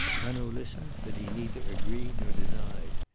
hanaud listened, but he neither agreed nor denied.